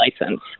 license